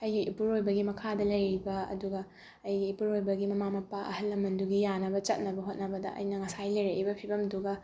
ꯑꯩꯒꯤ ꯏꯄꯨꯔꯣꯏꯕꯒꯤ ꯃꯈꯥꯗ ꯂꯩꯔꯤꯕ ꯑꯗꯨꯒ ꯑꯩꯒꯤ ꯏꯄꯨꯔꯣꯏꯕꯒꯤ ꯃꯃꯥ ꯃꯄꯥ ꯑꯍꯜ ꯂꯃꯟꯗꯨꯒꯤ ꯌꯥꯅꯕ ꯆꯠꯅꯕ ꯍꯣꯠꯅꯕꯗ ꯑꯩꯅ ꯉꯁꯥꯏ ꯂꯩꯔꯛꯏꯕ ꯐꯤꯕꯝꯗꯨꯒ